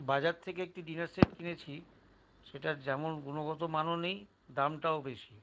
বাজার থেকে একটি ডিনার সেট কিনেছি সেটার যেমন গুণগত মানও নেই দামটাও বেশি